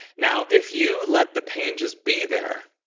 now, if you let the pain just be there,